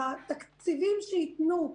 בתקציבים שייתנו,